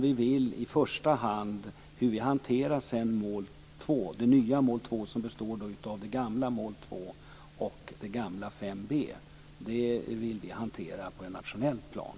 Vi vill hantera det nya mål 2, som består av det gamla mål 2 och det gamla mål 5 b, på ett nationellt plan.